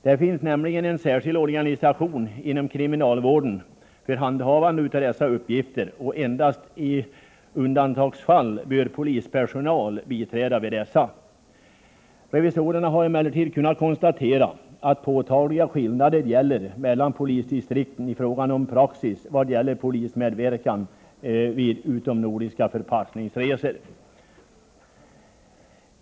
Det finns nämligen en särskild organisation inom kriminalvården för handhavande av dessa uppgifter, och endast i undantagsfall bör polispersonal biträda i dessa sammanhang. Revisorerna har emellertid kunnat konstatera att påtagliga skillnader gäller mellan polisdistrikten i fråga om praxis för polismedverkan vid utomnordiska förpassningsresor.